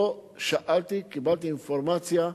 פה שאלתי, קיבלתי אינפורמציה.